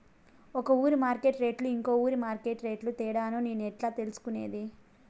ఒక ఊరి మార్కెట్ రేట్లు ఇంకో ఊరి మార్కెట్ రేట్లు తేడాను నేను ఎట్లా తెలుసుకునేది?